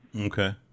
Okay